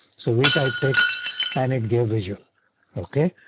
so we type text ann. it gave visual ok.